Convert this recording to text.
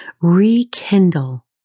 Rekindle